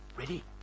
Ready